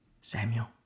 Samuel